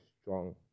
strong